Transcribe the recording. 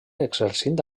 exercint